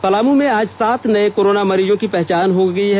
पलामू में आज सात नये कोरोना मरीजों की पहचान की गयी है